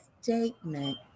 statement